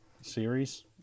series